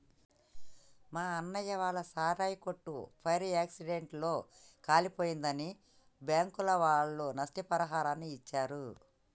మా అన్నయ్య వాళ్ళ సారాయి కొట్టు ఫైర్ యాక్సిడెంట్ లో కాలిపోయిందని బ్యాంకుల వాళ్ళు నష్టపరిహారాన్ని ఇచ్చిర్రు